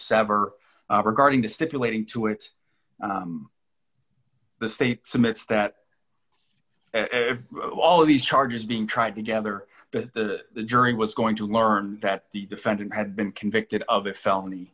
sever regarding to stipulating to it the state summits that all of these charges being tried together but the jury was going to learn that the defendant had been convicted of a felony